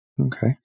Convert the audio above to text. Okay